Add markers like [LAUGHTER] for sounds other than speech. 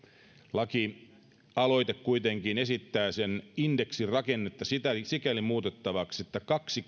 lakialoite kuitenkin esittää sen indeksirakennetta sikäli muutettavaksi että kaksi [UNINTELLIGIBLE]